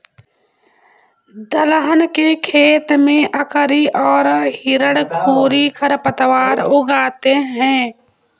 दलहन के खेत में अकरी और हिरणखूरी खरपतवार उग आते हैं